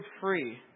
free